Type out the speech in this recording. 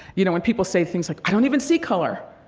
you know, when people say things like, i don't even see color,